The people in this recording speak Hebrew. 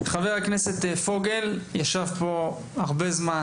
חבר הכנסת פוגל ישב פה הרבה זמן